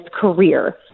career